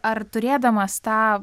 ar turėdamas tą